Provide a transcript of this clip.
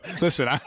Listen